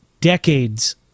decades